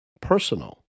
personal